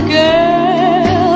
girl